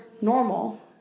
normal